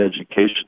education